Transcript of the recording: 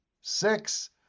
six